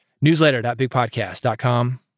newsletter.bigpodcast.com